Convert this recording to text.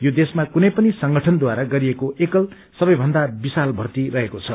यो देशमा कुनै पनि संगठनद्वारा गरिएको एकल सवैभन्दा विशाल भर्ती रहेको छ